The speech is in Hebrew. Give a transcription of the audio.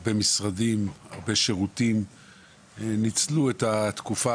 הרבה משרדים והרבה שירותים ניצלו את התקופה